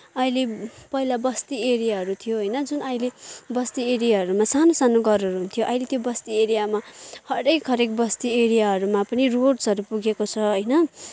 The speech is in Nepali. अहिले पहिला बस्ती एरियाहरू थियो होइन जुन अहिले बस्ती एरियाहरूमा सानो सानो घरहरू हुन्थ्यो अहिले त्यो बस्ती एरियामा हरेक हरेक बस्ती एरियाहरूमा पनि रोड्सहरू पुगेको छ होइन